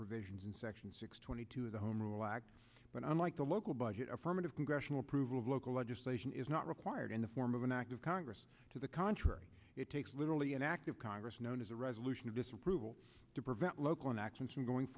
provisions in section six twenty two of the home rule act but unlike the local budget affirmative congressional approval of local legislation is not required in the form of an act of congress to the contrary it takes literally an act of congress known as a resolution of disapproval to prevent local actions from going